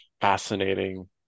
fascinating